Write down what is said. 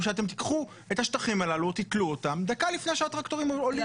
שאתם תיקחו את השטחים הללו דקה לפני שהטרקטורים עולים.